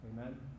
Amen